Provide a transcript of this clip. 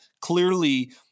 clearly